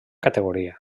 categoria